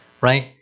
right